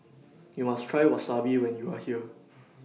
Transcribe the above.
YOU must Try Wasabi when YOU Are here